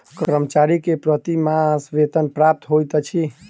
कर्मचारी के प्रति मास वेतन प्राप्त होइत अछि